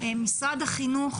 משרד החינוך